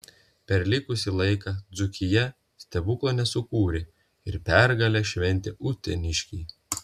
per likusį laiką dzūkija stebuklo nesukūrė ir pergalę šventė uteniškiai